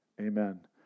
Amen